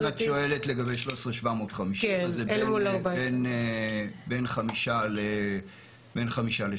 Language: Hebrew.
אם את שואלת לגבי 13,750 אז זה בין 5% ל-3%,